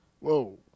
Whoa